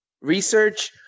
research